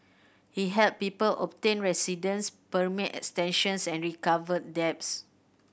he helped people obtain residence permit extensions and recovered debts